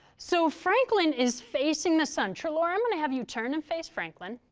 so franklin is facing the sun, treloar, i'm gonna have you turn and face franklin,